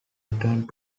returned